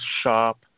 Shop